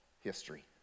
history